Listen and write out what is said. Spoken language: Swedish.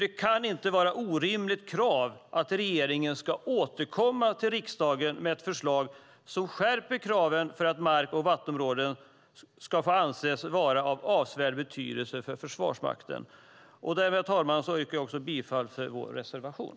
Det kan inte vara ett orimligt krav att regeringen ska återkomma till riksdagen med ett förslag som skärper kraven för att mark och vattenområden ska få anses vara av avsevärd betydelse för Försvarsmakten. Därmed, herr talman, yrkar jag bifall till vår reservation.